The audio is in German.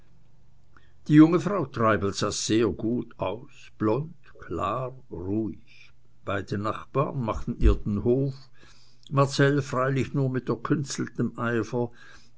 die junge frau treibel sah sehr gut aus blond klar ruhig beide nachbarn machten ihr den hof marcell freilich nur mit erkünsteltem eifer